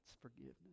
forgiveness